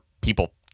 people